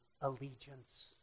allegiance